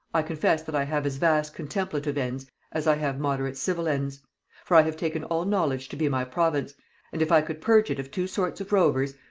i confess that i have as vast contemplative ends as i have moderate civil ends for i have taken all knowledge to be my province and if i could purge it of two sorts of rovers,